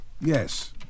Yes